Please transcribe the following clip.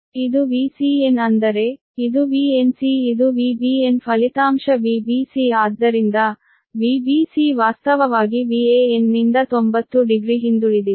ಇದು Vcn ಅಂದರೆ ಇದು Vnc ಇದು Vbn ಫಲಿತಾಂಶ Vbc ಆದ್ದರಿಂದ Vbc ವಾಸ್ತವವಾಗಿ Van ನಿಂದ 900 ಹಿಂದುಳಿದಿದೆ